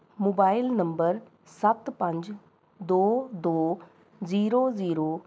mobile number ਸੱਤ ਪੰਜ ਦੋ ਦੋ ਜ਼ੀਰੋ ਜ਼ੀਰੋ